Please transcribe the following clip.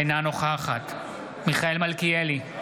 אינה נוכחת מיכאל מלכיאלי,